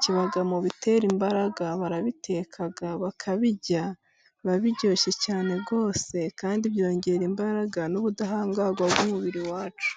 kiba mu bitera imbaraga, barabiteka, bakabirya, biba biryoshye cyane rwose, kandi byongera imbaraga n'ubudahangarwa bw'umubiri wacu.